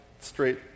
straight